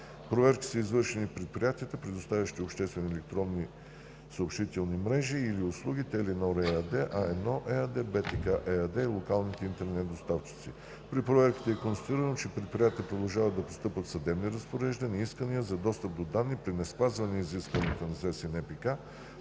Проверки са извършени и в предприятията, предоставящи обществени електронни съобщителни мрежи и/или услуги – „Теленор“ ЕАД, „А1“ ЕАД, „БТК“ ЕАД и локалните интернет доставчици. При проверките е констатирано, че в предприятията продължават да постъпват съдебни разпореждания и искания за достъп до данни при неспазване изискванията на Закона